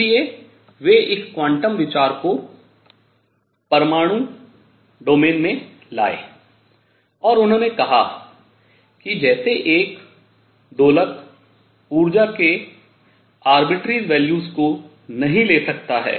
इसलिए वे इस क्वांटम विचार को परमाणु शासन क्षेत्र में लायें और उन्होंने कहा कि जैसे एक दोलक ऊर्जा के स्वच्छे मानों को नहीं ले सकता है